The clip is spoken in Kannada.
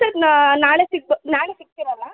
ಸರ್ ನಾಳೆ ಸಿಗ್ಬೋ ನಾಳೆ ಸಿಗ್ತೀರಲ್ಲ